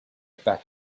back